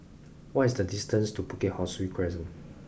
what is the distance to Bukit Ho Swee Crescent